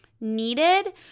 needed